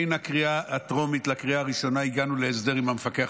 בין הקריאה הטרומית לקריאה הראשונה הגענו להסדר עם המפקח